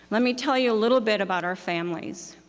let me tell you a little bit about our families.